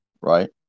right